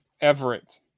Everett